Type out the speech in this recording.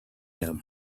him